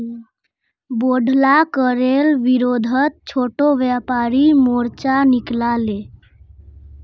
बोढ़ला करेर विरोधत छोटो व्यापारी मोर्चा निकला ले